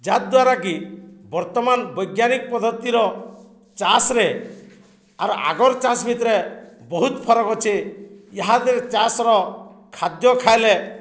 ଯାଦ୍ୱାରା କିି ବର୍ତ୍ତମାନ ବୈଜ୍ଞାନିକ ପଦ୍ଧତିର ଚାଷ୍ରେ ଆର୍ ଆଗର୍ ଚାଷ୍ ଭିତରେ ବହୁତ ଫରକ୍ ଅଛେ ଦିହରେ ଚାଷ୍ର ଖାଦ୍ୟ ଖାଇଲେ